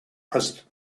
president